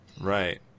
Right